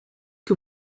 que